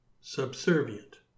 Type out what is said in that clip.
subservient